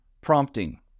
prompting